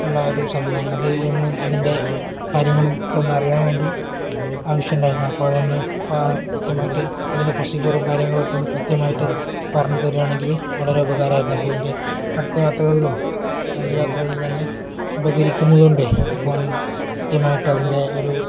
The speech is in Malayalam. ഉള്ള ഒരു സംവിധാനമാണ് അത് ഒന്ന് അതിൻ്റെ കാര്യങ്ങളും ഒക്കെ ഒന്ന് അറിയാൻ വേണ്ടി ആവശ്യണ്ടായിരുന്നു അപ്പം അതൊന്ന് കൃത്യമായിട്ട് അതിൻ്റെ പ്രൊസീജറും കാര്യങ്ങളുമൊക്കെ ഒന്ന് കൃത്യമായിട്ട് പറഞ്ഞു തരികയാണെങ്കിൽ വളരെ ഉപകാരമായിരുന്നു അപ്പം എൻ്റെ അടുത്ത യാത്രകളിലും യാത്രയിൽ തന്നെ ഉപകരിക്കുന്നതുകൊണ്ട് അപ്പം കൃത്യമായിട്ട് അതിൻ്റെ ഒരു